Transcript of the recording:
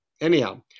Anyhow